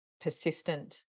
persistent